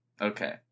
okay